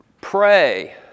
pray